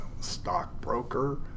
stockbroker